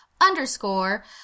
underscore